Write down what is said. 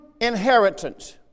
inheritance